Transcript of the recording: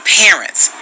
parents